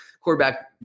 quarterback